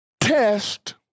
test